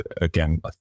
again